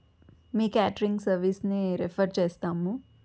మీ catering సర్వీస్ని refer చేస్తాము